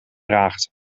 draagt